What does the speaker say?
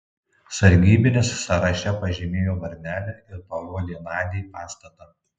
sargybinis sąraše pažymėjo varnelę ir parodė nadiai pastatą